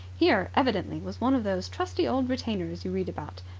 here evidently, was one of those trusty old retainers you read about,